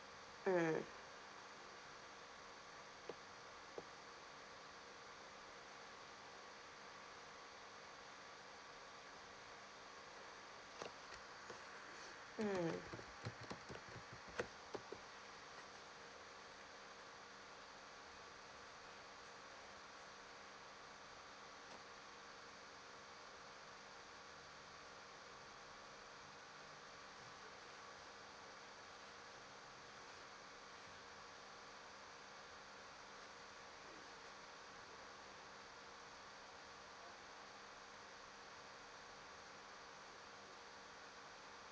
mm mm